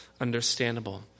understandable